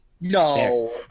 No